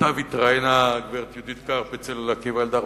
שבעקבותיו התראיינה הגברת יהודית קרפ אצל עקיבא אלדר ב"הארץ",